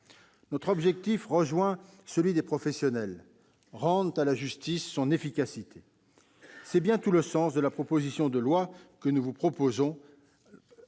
Notre objectif rejoint celui des professionnels : rendre à la justice son efficacité. C'est bien tout le sens de la proposition de loi que mes collègues cosignataires